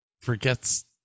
Forgets